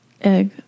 Egg